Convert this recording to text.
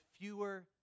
fewer